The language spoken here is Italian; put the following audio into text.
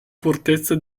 fortezza